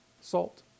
salt